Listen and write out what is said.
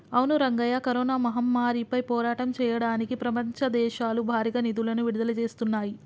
అవును రంగయ్య కరోనా మహమ్మారిపై పోరాటం చేయడానికి ప్రపంచ దేశాలు భారీగా నిధులను విడుదల చేస్తున్నాయి